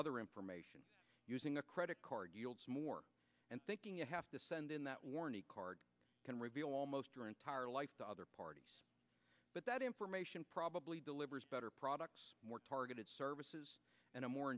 other information using a credit card and thinking you have to send in that warranty card can reveal almost your entire life to other parties but that information probably delivers better product more targeted services and a more